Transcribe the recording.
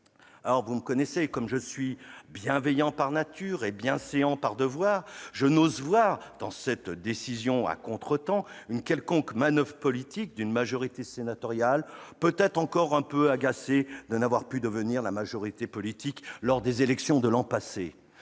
... Vous me connaissez, comme je suis bienveillant par nature et bienséant par devoir, je n'ose voir dans cette décision à contretemps une quelconque manoeuvre politique d'une majorité sénatoriale peut-être encore un peu agacée de n'avoir pu devenir majorité politique lors des élections de l'an